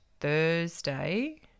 Thursday